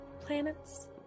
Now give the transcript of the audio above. planets